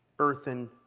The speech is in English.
earthen